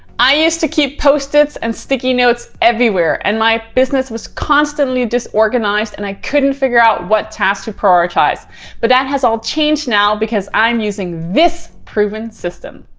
i used to keep post-its and sticky notes everywhere and my business was constantly disorganized and i couldn't figure out what tasks to prioritize but that has all changed now because i'm using this proven system.